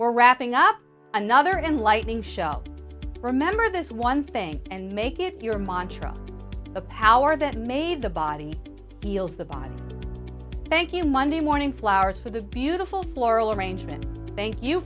we're wrapping up another enlightening show remember this one thing and make it your montreaux the power that made the body feels the body thank you monday morning flowers with a beautiful floral arrangement thank you